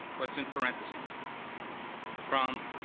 what's in parentheses from,